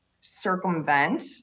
circumvent